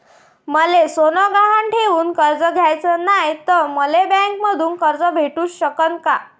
मले सोनं गहान ठेवून कर्ज घ्याचं नाय, त मले बँकेमधून कर्ज भेटू शकन का?